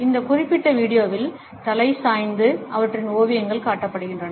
இந்த குறிப்பிட்ட வீடியோவில் தலை சாய்ந்து அவற்றின் ஓவியங்கள் காட்டப்பட்டுள்ளன